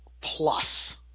plus